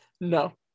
No